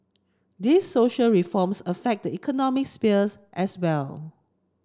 these social reforms affect the economic spheres as well